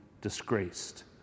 disgraced